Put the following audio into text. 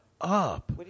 up